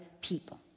people